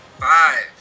Five